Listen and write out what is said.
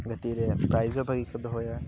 ᱜᱟᱛᱮᱜ ᱨᱮ ᱯᱨᱟᱭᱤᱡᱽ ᱦᱚᱸ ᱵᱷᱟᱜᱮ ᱠᱚ ᱫᱚᱦᱚᱭᱟ